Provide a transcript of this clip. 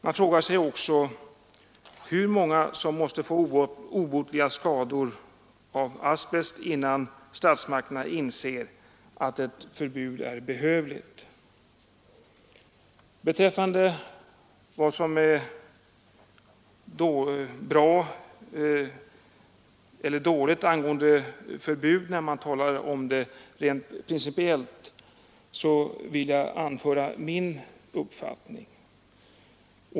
Man frågar sig också hur många som måste drabbas av obotliga skador av asbest, innan statsmakterna inser att ett förbud är behövligt. Beträffande vad som rent principiellt är bra eller dåligt i fråga om förbud vill jag redogöra för min uppfattning.